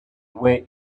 way